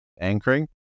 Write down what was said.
anchoring